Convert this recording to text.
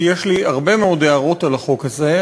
כי יש לי הרבה מאוד הערות על החוק הזה,